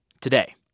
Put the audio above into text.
today